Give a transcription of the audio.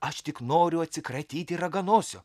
aš tik noriu atsikratyti raganosio